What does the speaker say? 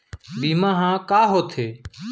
बीमा ह का होथे?